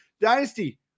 dynasty